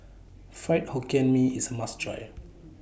Fried Hokkien Mee IS A must Try